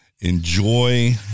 enjoy